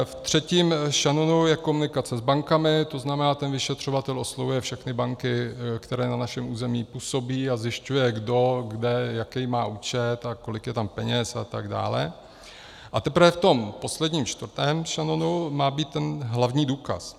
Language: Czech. ve třetím šanonu je komunikace s bankami, to znamená, vyšetřovatel oslovuje všechny banky, které na našem území působí, a zjišťuje, kdo kde jaký má účet a kolik je tam peněz a tak dále; a teprve v tom posledním čtvrtém šanonu má být ten hlavní důkaz.